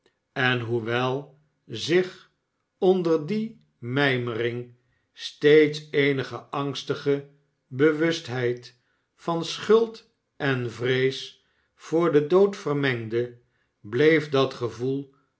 en hoewel zich onder die mijmermg steeds eenige angstige bewustheid van schuld en vrees voor den dood vermengde bleef dat gevoel